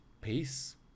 Peace